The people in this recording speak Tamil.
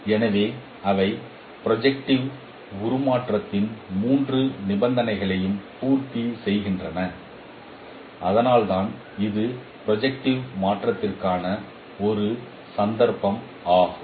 எனவே அவை ப்ரொஜெக்ட்டிவ் உருமாற்றத்தின் மூன்று நிபந்தனைகளையும் பூர்த்தி செய்கின்றன அதனால்தான் இது ப்ரொஜெக்ட்டிவ் மாற்றத்திற்கான ஒரு சந்தர்ப்பமாகும்